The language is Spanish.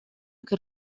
que